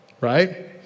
right